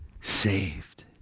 saved